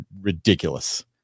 ridiculous